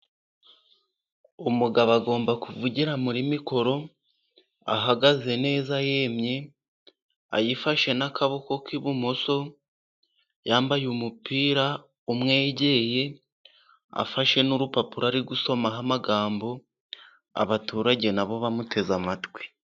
Umugabo agomba kuvugira muri mikoro, ahagaze neza yemye, ayifashe n'akaboko k'ibumoso, yambaye umupira umwegeye, afashe n'urupapuro ari gusomaho amagambo, abaturage na bo bamuteze amatwi.